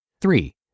Three